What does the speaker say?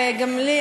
גם לי,